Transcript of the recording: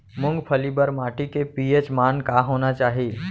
मूंगफली बर माटी के पी.एच मान का होना चाही?